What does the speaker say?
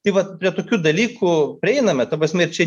tai vat prie tokių dalykų prieiname ta prasme ir čia